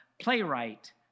playwright